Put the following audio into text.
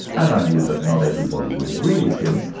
and i knew that not everybody would agree with him,